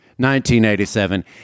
1987